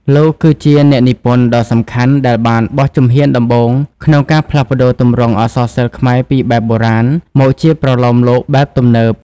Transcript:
លោកគឺជាអ្នកនិពន្ធដ៏សំខាន់ដែលបានបោះជំហានដំបូងក្នុងការផ្លាស់ប្ដូរទម្រង់អក្សរសិល្ប៍ខ្មែរពីបែបបុរាណ មកជាប្រលោមលោកបែបទំនើប។